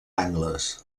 angles